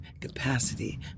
capacity